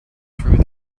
through